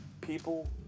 people